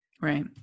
Right